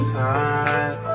time